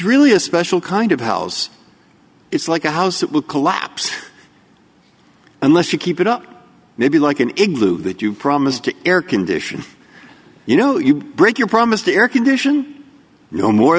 really a special kind of house it's like a house that will collapse unless you keep it up maybe like an igloo that you promised to air condition you know you break your promise to air condition no more